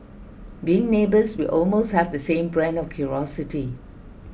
being neighbours we almost have the same brand of curiosity